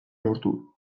lortu